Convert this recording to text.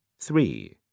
three